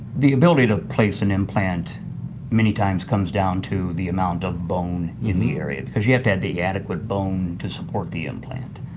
the ability to place an implant many times comes down to the amount of bone in the area because you have to have the adequate bone to support the implant.